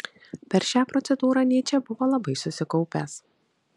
per šią procedūrą nyčė buvo labai susikaupęs